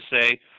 say